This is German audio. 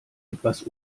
etwas